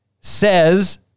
Says